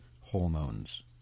hormones